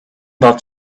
that